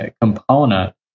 component